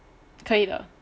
可以了